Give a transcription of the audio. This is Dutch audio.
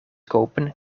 kopen